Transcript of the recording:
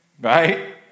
right